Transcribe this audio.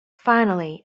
finally